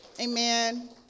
amen